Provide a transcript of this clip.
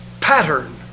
pattern